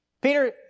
Peter